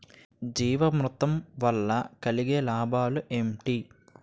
జీవామృతం వల్ల కలిగే లాభాలు ఏంటి?